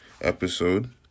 episode